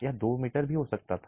यह 2 मीटर हो सकता था